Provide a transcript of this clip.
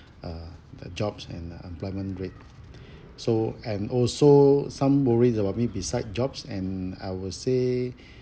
uh the jobs and unemployment rate so and also some worry about me besides jobs and I will say